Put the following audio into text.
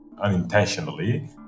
unintentionally